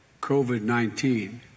COVID-19